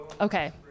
Okay